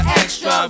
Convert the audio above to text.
extra